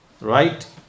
Right